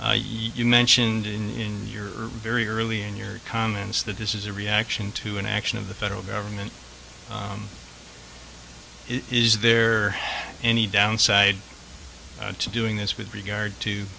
you mentioned in your very early in your comments that this is a reaction to an action of the federal government is there any downside to doing this with regard